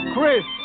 Chris